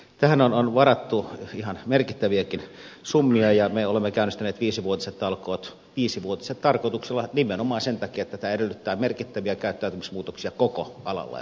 tähän on varattu ihan merkittäviäkin summia ja me olemme käynnistäneet viisivuotiset talkoot viisivuotiset tarkoituksella nimenomaan sen takia että tämä edellyttää merkittäviä käyttäytymismuutoksia koko alalla ja koko sektorilla